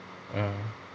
mm